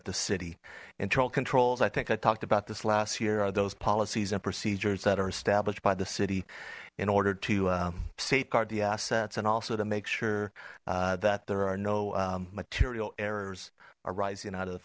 at the city internal controls i think i talked about this last year are those policies and procedures that are established by the city in order to safeguard the assets and also to make sure that there are no material errors arising out of the